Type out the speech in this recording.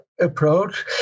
approach